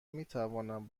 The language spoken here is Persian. میتوانم